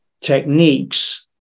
techniques